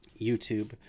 YouTube